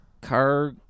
Car